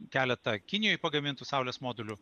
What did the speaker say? keletą kinijoj pagamintų saulės modulių